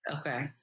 okay